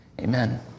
Amen